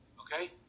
okay